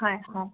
হয় অঁ